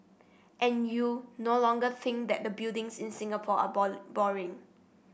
and you no longer think that the buildings in Singapore are boring